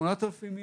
ו-8,000 איש,